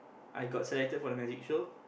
I got selected for the magic show